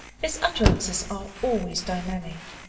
his utterances are always dynamic,